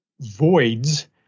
voids